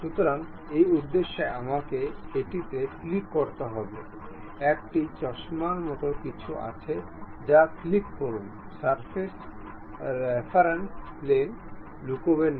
সুতরাং এই উদ্দেশ্যে আমাকে এটিতে ক্লিক করতে হবে একটি চশমা মত কিছু আছে যে ক্লিক করুন রেফারেন্স প্লেন লুকানো হবে